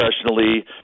professionally